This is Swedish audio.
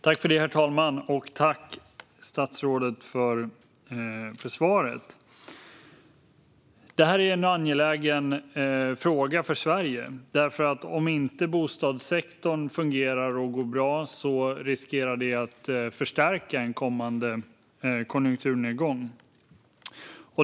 Herr talman! Tack, statsrådet, för svaret! Detta är en angelägen fråga för Sverige därför att om inte bostadssektorn fungerar och går bra riskerar det att förstärka en kommande konjunkturnedgång.